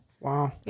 Wow